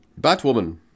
Batwoman